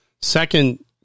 second